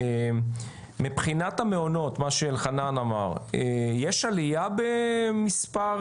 מבחינת המעונות, מה שאלחנן אמר, יש עלייה במספר